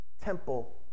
temple